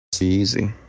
easy